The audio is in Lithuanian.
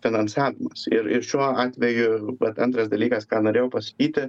finansavimas ir ir šiuo atveju vat antras dalykas ką norėjau pasakyti